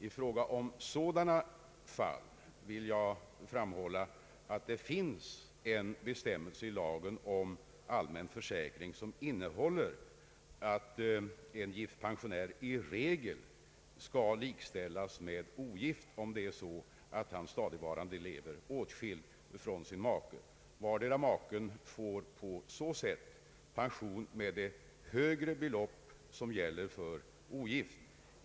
I fråga om sådana fall vill jag framhålla att det finns en bestämmelse i lagen om allmän försäkring som innehåller att en gift pensionär i regel skall likställas med ogift, om han stadigvarande lever åtskild från sin maka. Vardera maken får på så sätt pension med det högre belopp som gäller för ogift.